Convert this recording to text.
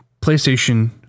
PlayStation